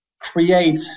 create